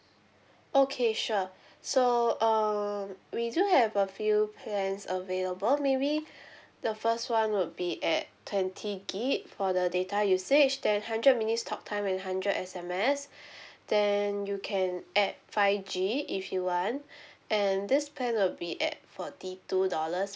okay sure so um we do have a few plans available maybe the first one would be at twenty gig for the data usage then hundred minutes talk time and hundred S_M_S then you can add five G if you want and this plan will be at forty two dollars